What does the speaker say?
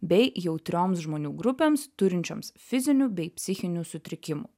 bei jautrioms žmonių grupėms turinčioms fizinių bei psichinių sutrikimų